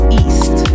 east